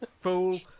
Fool